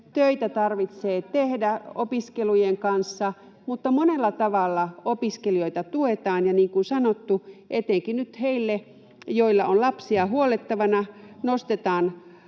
Töitä tarvitsee tehdä opiskelujen kanssa, mutta monella tavalla opiskelijoita tuetaan, ja niin kuin sanottu, etenkin nyt heille, joilla on lapsia huollettavana, nostetaan